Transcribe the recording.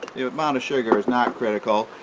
amount of sugar is not critical,